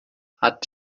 hat